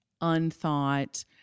unthought